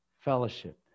fellowship